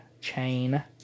chain